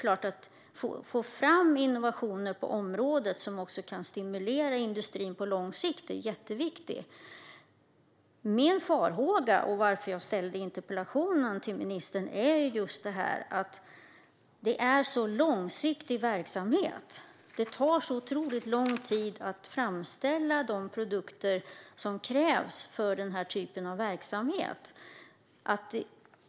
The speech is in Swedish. Min farhåga och anledningen till att jag ställde interpellationen till ministern är att det här handlar om mycket långsiktig verksamhet. Det tar otroligt lång tid att framställa de produkter som krävs för verksamheter som denna.